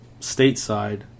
stateside